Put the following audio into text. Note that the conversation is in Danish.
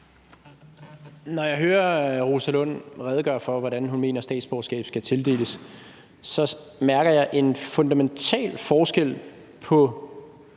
Når jeg hører fru Rosa Lund redegøre for, hvordan hun mener et statsborgerskab skal tildeles, så bemærker jeg en fundamental forskel på